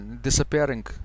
disappearing